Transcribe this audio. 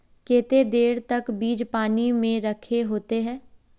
केते देर तक बीज पानी में रखे होते हैं?